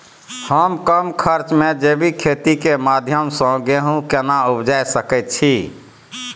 हम कम खर्च में जैविक खेती के माध्यम से गेहूं केना उपजा सकेत छी?